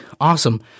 Awesome